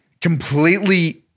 completely